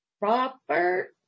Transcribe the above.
Robert